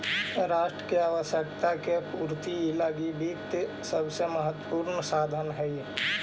राष्ट्र के आवश्यकता के पूर्ति लगी वित्त सबसे महत्वपूर्ण साधन हइ